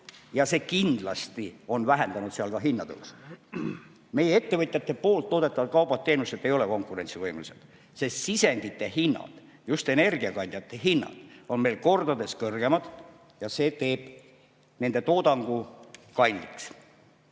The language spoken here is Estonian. see kindlasti on vähendanud seal ka hinnatõusu. Meie ettevõtjate toodetavad kaubad-teenused ei ole konkurentsivõimelised, sest sisendite hinnad, just energiakandjate hinnad on meil kordades kõrgemad ja see teeb toodangu kalliks,